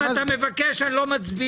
בסדר, אם אתה מבקש אני לא מצביע.